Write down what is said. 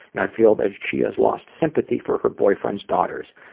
and i feel that she has lost sympathy for her boyfriend's daughters.